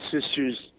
sisters